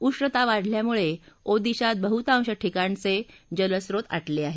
उष्णता वाढल्यामुळे ओडिशात बहुतांश ठिकाणी जलस्रोत आटले आहेत